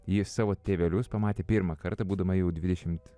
ji savo tėvelius pamatė pirmą kartą būdama jau dvidešimt